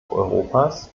europas